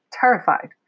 terrified